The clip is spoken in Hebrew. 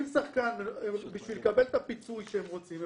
כדי לקבל את הפיצוי שהם רוצים,